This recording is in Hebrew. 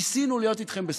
ניסינו להיות איתכם בסדר.